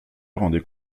rendait